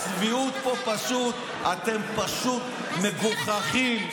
הצביעות פה, אתם פשוט מגוחכים.